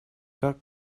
как